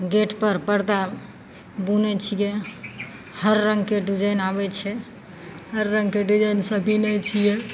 गेटपर पर्दा बुनय छियै हर रङ्गके डिजाइन आबय छै हर रङ्गके डिजाइन सब बिनय छियै